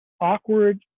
awkward